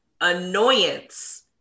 annoyance